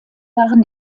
waren